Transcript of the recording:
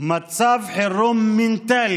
מצב חירום מנטלי